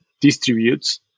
distributes